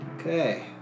Okay